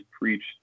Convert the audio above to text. preached